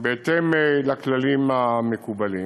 בהתאם לכללים המקובלים.